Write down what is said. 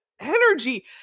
energy